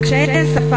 את קשיי השפה,